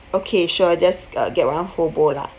okay sure just uh get one whole bowl lah